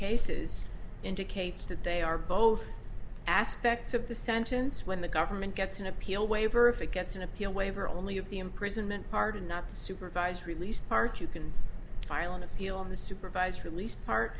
cases indicates that they are both aspects of the sentence when the government gets an appeal waiver if it gets an appeal waiver only of the imprisonment part and not the supervised release part you can file an appeal on the supervised release part